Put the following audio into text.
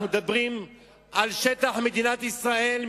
אנחנו מדברים על שטח מדינת ישראל,